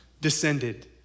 descended